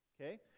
Okay